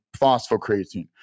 phosphocreatine